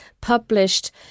published